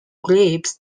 grapes